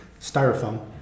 styrofoam